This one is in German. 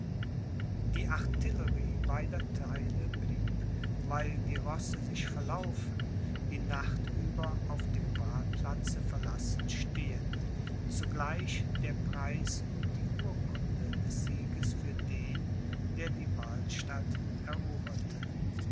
die artillerie beider theile blieb weil die rosse sich verlaufen die nacht über auf dem wahlplatze verlassen stehen zugleich der preis und die urkunde des sieges für den der die wahlstatt eroberte